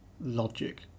logic